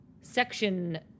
section